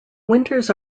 winters